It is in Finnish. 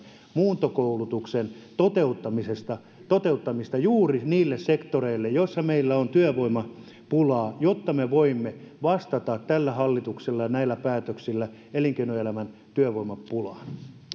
muuntokoulutuksen toteuttamista toteuttamista juuri niille sektoreille joissa meillä on työvoimapulaa jotta me voimme vastata tällä hallituksella ja näillä päätöksillä elinkinoelämän työvoimapulaan